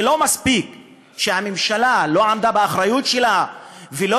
זה לא מספיק שהממשלה לא עמדה באחריות שלה ולא